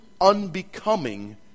unbecoming